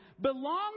belong